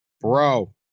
bro